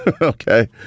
Okay